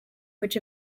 which